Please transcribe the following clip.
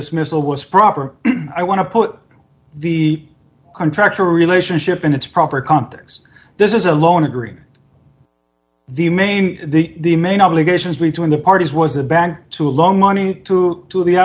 this missile was proper i want to put the contractual relationship in its proper context this is a loan agreement the main the main obligations between the parties was a bank too long money to do the